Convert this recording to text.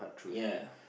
ya